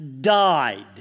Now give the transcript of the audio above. died